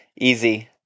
Easy